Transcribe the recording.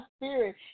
spirit